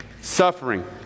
suffering